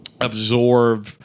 absorb